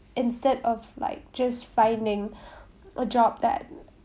instead of like just finding a job that